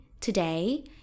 today